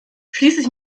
schließlich